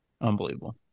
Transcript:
Unbelievable